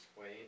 Wait